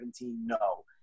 No